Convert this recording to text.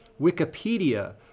Wikipedia